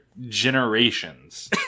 generations